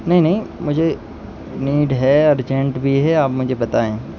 نہیں نہیں مجھے نیڈ ہے ارجنٹ بھی ہے آپ مجھے بتائیں